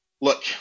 look